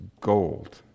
gold